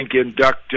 induct